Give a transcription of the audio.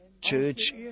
church